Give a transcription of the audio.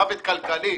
מוות כלכלי.